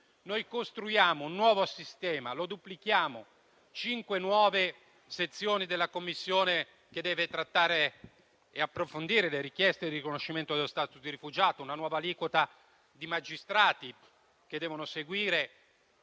costruire un nuovo sistema, duplicandolo, con cinque nuove sezioni della Commissione, che deve trattare e approfondire le richieste di riconoscimento dello *status* di rifugiato; con una nuova aliquota di magistrati che devono seguire